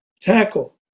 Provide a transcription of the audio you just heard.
tackle